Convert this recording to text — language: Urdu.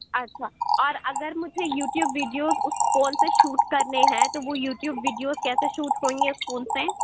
اچھا اور اگر مجھے یوٹیوب ویڈیوز اُس فون پہ شوٹ كرنے ہیں تو وہ یوٹیوب ویڈیوز كیسے شوٹ ہوں گے اُس فون سے